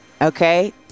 okay